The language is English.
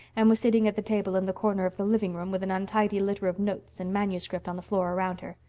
and was sitting at the table in the corner of the living-room with an untidy litter of notes and manuscript on the floor around her.